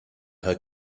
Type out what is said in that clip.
her